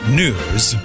news